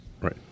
Right